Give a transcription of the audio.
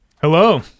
Hello